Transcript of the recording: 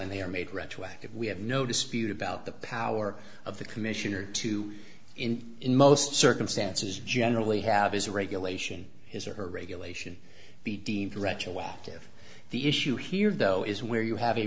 and they are made retroactive we have no dispute about the power of the commissioner to in most circumstances generally have his regulation his or her regulation be deemed retroactive the issue here though is where you have a